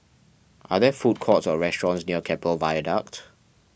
are there food courts or restaurants near Keppel Viaduct